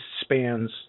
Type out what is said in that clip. spans